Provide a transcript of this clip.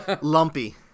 Lumpy